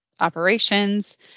operations